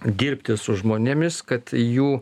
dirbti su žmonėmis kad jų